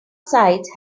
sites